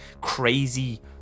crazy